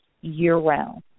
year-round